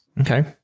Okay